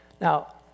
Now